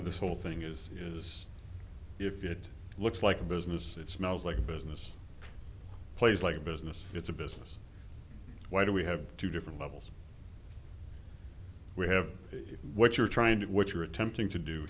with this whole thing is is if it looks like a business it smells like a business place like a business it's a business why do we have two different levels we have what you're trying to what you're attempting to do